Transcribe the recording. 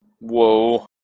Whoa